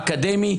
האקדמי,